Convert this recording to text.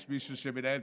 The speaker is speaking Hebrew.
יש מישהו שמנהל.